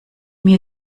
mir